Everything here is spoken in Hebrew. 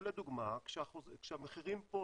לדוגמה כשהמחירים פה,